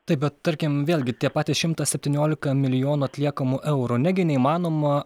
taip bet tarkim vėlgi tie patys šimtas septyniolika milijonų atliekamų eurų negi neįmanoma